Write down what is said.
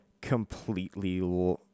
completely